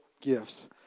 gifts